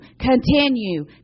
continue